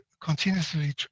continuously